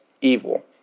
evil